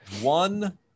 one